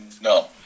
No